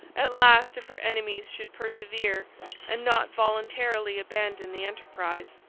at last, if her enemies should persevere and not voluntarily abandon the enterprise.